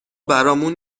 برامون